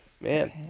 Man